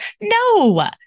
no